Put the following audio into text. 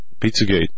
Pizzagate